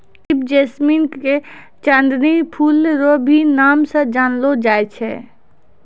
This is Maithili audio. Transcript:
क्रेप जैस्मीन के चांदनी फूल रो भी नाम से जानलो जाय छै